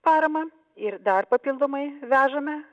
paramą ir dar papildomai vežame